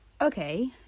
Okay